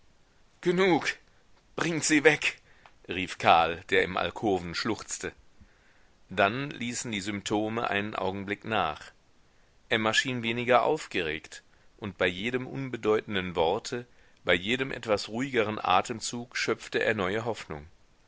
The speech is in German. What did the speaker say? genug bringt sie weg rief karl der im alkoven schluchzte dann ließen die symptome einen augenblick nach emma schien weniger aufgeregt und bei jedem unbedeutenden worte bei jedem etwas ruhigeren atemzug schöpfte er neue hoffnung